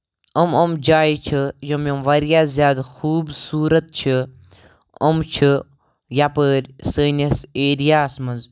یِم یِم جایہِ چھِ یِم یِم واریاہ زیادٕ خوٗبصوٗرت چھِ یِم چھِ یپٲر سٲنِس ایریا ہَس منٛز